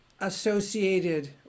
associated